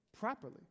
properly